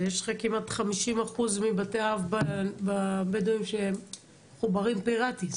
זה יש לך כמעט 50% מבתי אב בבדואים שהם מחוברים פיראטית,